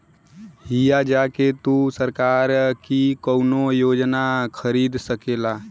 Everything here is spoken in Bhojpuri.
हिया जा के तू सरकार की कउनो योजना खरीद सकेला